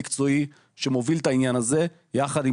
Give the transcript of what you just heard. שהיא הרשות המקצועית שמובילה את העניין הזה ביחד עם